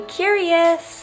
curious